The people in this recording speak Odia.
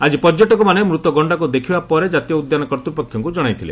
ଆଜି ପର୍ଯ୍ୟଟକମାନେ ମୃତ ଗଣ୍ଡାକୁ ଦେଖିବା ପରେ ଜାତୀୟ ଉଦ୍ୟାନ କର୍ତ୍ତୃପକ୍ଷଙ୍କୁ ଜଣାଇଥିଲେ